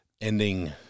ending